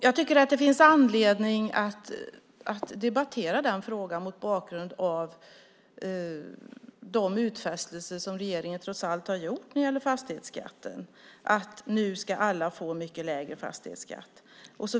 Jag tycker att det finns anledning att debattera frågan mot bakgrund av de utfästelser som regeringen trots allt har gjort när det gäller fastighetskatten - att alla nu ska få mycket lägre fastighetsskatt.